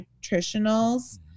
nutritionals